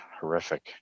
horrific